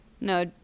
no